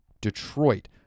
Detroit